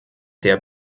der